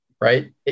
Right